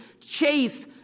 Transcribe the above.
chase